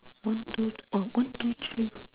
one two uh one two three